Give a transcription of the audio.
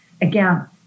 Again